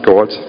God